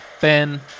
Ben